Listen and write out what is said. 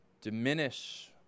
diminish